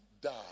die